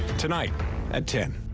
tonight at ten